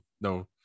no